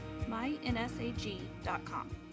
mynsag.com